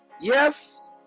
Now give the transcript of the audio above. Yes